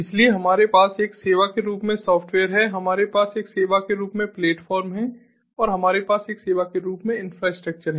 इसलिए हमारे पास एक सेवा के रूप में सॉफ्टवेयर है हमारे पास एक सेवा के रूप में प्लेटफ़ॉर्म है और हमारे पास एक सेवा के रूप में इंफ्रास्ट्रक्चर है